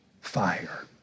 fire